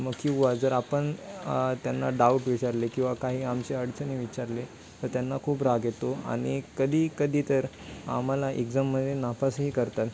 मग किंवा जर आपण त्यांना डाउट विचारले किंवा काही आमची अडचणी विचारले तर त्यांना खूप राग येतो आणि कधी कधी तर आम्हाला एक्झाममध्ये नापासही करतात